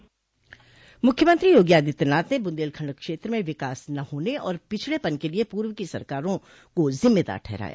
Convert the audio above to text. मुख्यमंत्री योगी आदित्यनाथ ने बुंदेलखंड क्षेत्र में विकास न होने और पिछड़े पन के लिए पूर्व की सरकारों को जिम्मेदार ठहराया